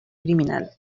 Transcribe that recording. criminal